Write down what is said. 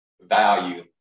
value